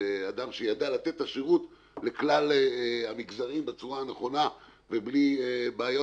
זה אדם שידע לתת את השירות לכלל המגזרים בצורה הנכונה ובלי בעיות.